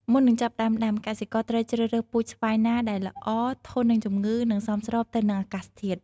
មុននឹងចាប់ផ្ដើមដាំ កសិករត្រូវជ្រើសរើសពូជស្វាយណាដែលល្អ ធន់នឹងជំងឺ និងសមស្របទៅនឹងអាកាសធាតុ។